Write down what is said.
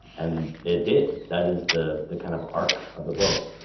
and it did. that is the the kind of arc of the book.